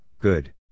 good